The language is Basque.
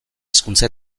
hizkuntza